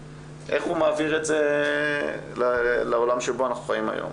איך הוא מעביר את זה לעולם שבו אנחנו חיים היום.